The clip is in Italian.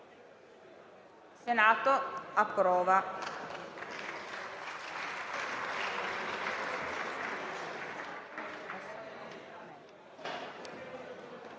Senato approvava